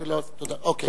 אוקיי.